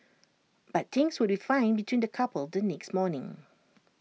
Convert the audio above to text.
but things would be fine between the couple the next morning